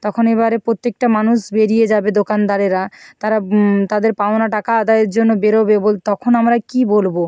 তখন এবারে প্রত্যেকটা মানুষ বেরিয়ে যাবে দোকানদারেরা তারা তাদের পাওনা টাকা আদায়ের জন্য বেরোবে বলতে তখন আমরা কী বলবো